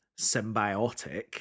symbiotic